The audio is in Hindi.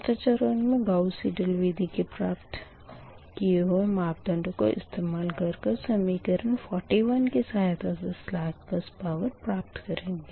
चौथे चरण मे गाऊस साईडेल विधी से प्राप्त किए हुए मापदणडो को इस्तेमाल कर कर समीकरण 41 की सहायता से सलेक बस पावर प्राप्त करेंगे